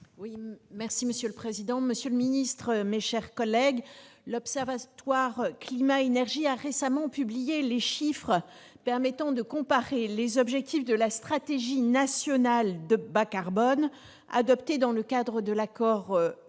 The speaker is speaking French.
Mme Martine Filleul. Monsieur le ministre d'État, mes chers collègues, l'Observatoire climat-énergie a récemment publié les chiffres permettant de comparer les objectifs de la stratégie nationale bas-carbone adoptés dans le cadre de l'accord de Paris